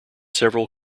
several